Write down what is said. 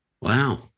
Wow